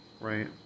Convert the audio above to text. right